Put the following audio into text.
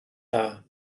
dda